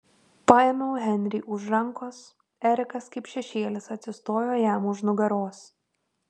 paėmiau henrį už rankos erikas kaip šešėlis atsistojo jam už nugaros